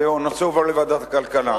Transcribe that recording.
נחזור לוועדת הכלכלה.